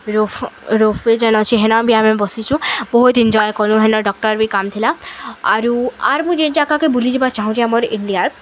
ରୋଫ୍ ropeway ଯେନ୍ ଅଛି ହେନ ବି ଆମେ ବସିଛୁଁ ବହୁତ୍ ଏନ୍ଜୟ କଲୁ ହେନ ଡକ୍ଟର୍ ବି କାମ୍ଥିଲା ଆରୁ ଆର୍ ମୁଁ ଯେନ୍ ଜାଗାକେ ବୁଲିଯିବା ଚାହୁଁଚେଁ ଆମର୍ ଇଣ୍ଡିଆର୍